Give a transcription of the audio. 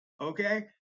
Okay